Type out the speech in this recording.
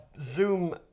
Zoom